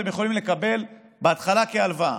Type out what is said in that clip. אתם יכולים לקבל בהתחלה כהלוואה,